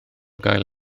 gael